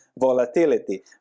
volatility